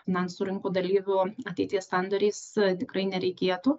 na su rinkų dalyvių ateities sandoriais tikrai nereikėtų